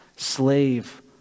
Slave